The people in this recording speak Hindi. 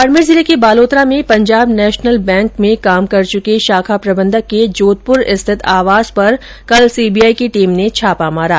बाडमेर जिले के बालोतरा में पंजाब नेशनल बैंक में काम कर चुके शाखा प्रबंधक के जोधपुर स्थित आवास पर कल सीबीआई की टीम ने छापा मारा